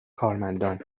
کارمندان